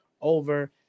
over